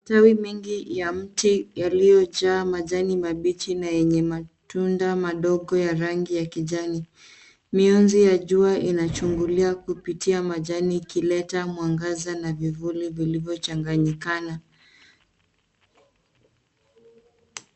Tawi mengi iya mti yaliyojaa majani mabichi na yenye matunda madogo ya rangi ya kijani. Muinzi ya jua inachungulia kupitia majani ikileta mwangaza na vivuli vilivyochanganyikana.